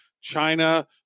China